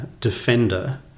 defender